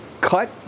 cut